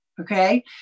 okay